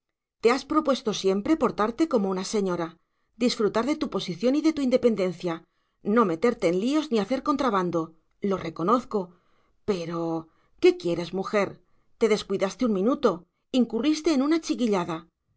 te has propuesto siempre portarte como una señora disfrutar de tu posición y tu independencia no meterte en líos ni hacer contrabando lo reconozco pero qué quieres mujer te descuidaste un minuto incurriste en una chiquillada